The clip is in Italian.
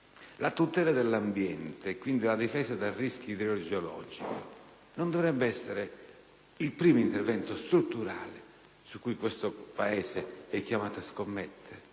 La tutela dell'ambiente e quindi la difesa dal rischio idrogeologico non dovrebbe essere il primo intervento strutturale sul quale il nostro Paese è chiamato a scommettere?